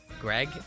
Greg